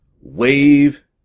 wave